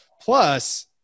Plus